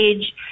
age